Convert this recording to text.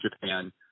Japan